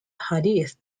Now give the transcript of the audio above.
hadith